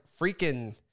freaking